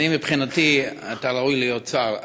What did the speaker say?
אני, מבחינתי, אתה ראוי להיות שר.